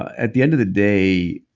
at the end of the day,